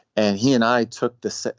and he and i took this.